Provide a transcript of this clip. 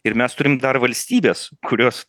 ir mes turime dar valstybės kurios